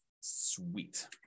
Sweet